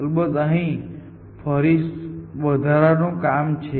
અલબત્ત અહીં ફરીથી વધારાનું કામ છે